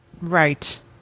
Right